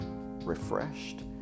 refreshed